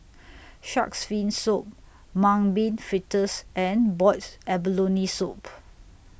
Shark's Fin Soup Mung Bean Fritters and boiled abalone Soup